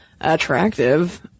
attractive